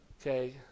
Okay